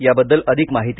याबद्दल अधिक माहिती